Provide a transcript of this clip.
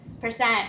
percent